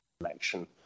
election